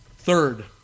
Third